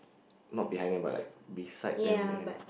not behind them but like beside them behind them